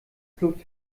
pilot